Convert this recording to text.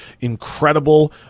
incredible